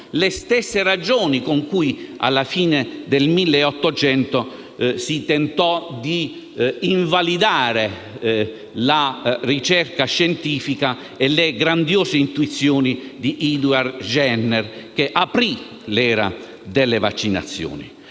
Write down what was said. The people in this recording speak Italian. le stesse ragioni per cui, alla fine dell'Ottocento, si tentò di invalidare la ricerca scientifica e le grandiose intuizioni di Edward Jenner, che aprì l'era delle vaccinazioni.